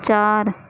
چار